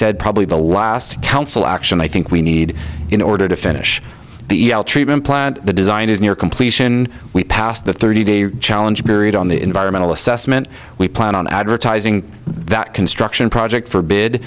said probably the last council action i think we need in order to finish the treatment plant the design is near completion we passed the thirty day challenge period on the environmental assessment we plan on advertising that construction project for bid